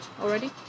already